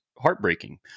heartbreaking